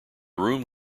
rooms